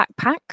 backpack